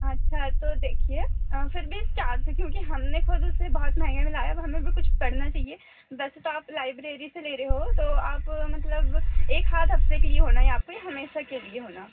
अच्छा तो देखिए फिर भी चार सौ क्योंकि हमने खुद उसे बहुत महेंगे में लाया अब हमें भी कुछ पड़ना चाहिए वैसे तो आप लाइब्रेरी से ले रहे हो तो आप मतलब एक आध हफ्ते के लिए होना ये आपको ये हमेशा के लिए होना